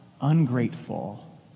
ungrateful